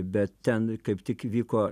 bet ten kaip tik vyko